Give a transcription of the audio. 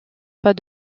pas